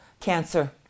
cancer